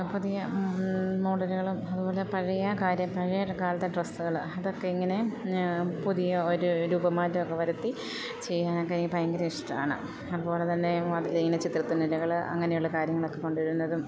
പുതിയ മോഡലുകളും അതുപോലെ പഴയ കാര്യം പഴയ കാലത്തെ ഡ്രസ്സുകൾ അതൊക്കെ ഇങ്ങനെ പുതിയ ഒരു രൂപമാറ്റമൊക്കെ വരുത്തി ചെയ്യാനൊക്കെ എനിക്ക് ഭയങ്കര ഇഷ്ടമാണ് അതുപോലെ തന്നെ അതിലെ ചിത്രത്തുന്നലുകൾ അങ്ങനെയുള്ള കാര്യങ്ങളൊക്കെ കൊണ്ടു വരുന്നതും